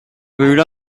viure